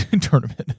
tournament